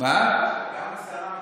גם השרה מקשיבה.